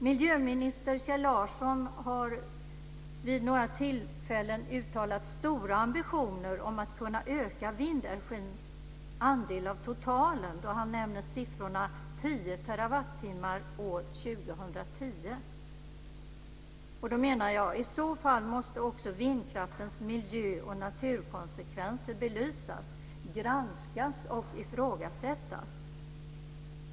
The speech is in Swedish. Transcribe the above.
Miljöminister Kjell Larsson har vid några tillfällen uttalat stora ambitioner om att kunna öka vindenergins andel av totalen då han nämner siffrorna 10 TWh år 2010. Då menar jag att vindkraftens miljö och naturkonsekvenser också måste belysas, granskas och ifrågasättas.